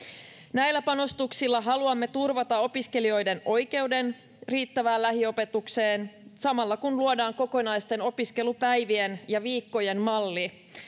näillä panostuksilla haluamme turvata opiskelijoiden oikeuden riittävään lähiopetukseen samalla kun luodaan kokonaisten opiskelupäivien ja viikkojen malli